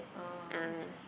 uh